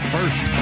First